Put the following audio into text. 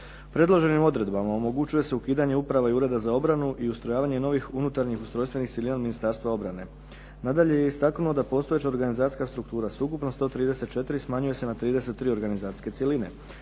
Predloženim odredbama omogućuje se ukidanje uprava i ureda za obranu i ustrojavanje novih unutarnjih ustrojstvenih cjelina od Ministarstva obrane. Nadalje je istaknuo da postojeća organizacijska struktura s ukupno 134 smanjuje se na 33 organizacijske cjeline.